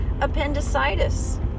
appendicitis